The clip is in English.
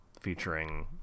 featuring